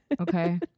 Okay